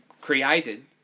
created